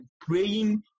praying